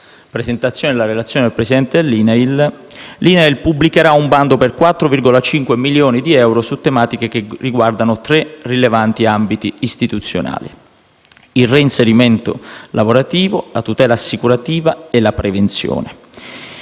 presentazione della relazione del presidente dell'INAIL - l'INAIL pubblicherà un bando per 4,5 milioni di euro concernente tre rilevanti ambiti istituzionali: il reinserimento lavorativo, la tutela assicurativa e la prevenzione.